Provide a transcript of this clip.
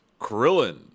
Krillin